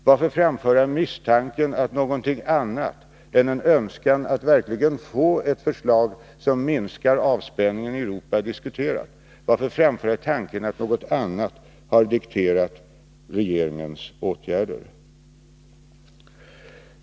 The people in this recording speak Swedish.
Varför framföra misstanken att något annat än en önskan att verkligen få ett förslag som minskar spänningen i Europa diskuterat och framföra tanken att detta andra har dikterat regeringens åtgärder.